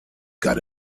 got